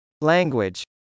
Language